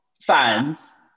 fans